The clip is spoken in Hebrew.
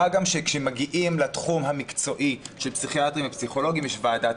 מה גם שכאשר מגיעים לתחום המקצועי של פסיכיאטרים ופסיכולוגים יש ועדת